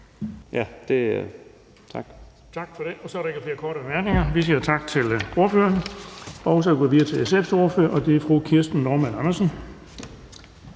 tak.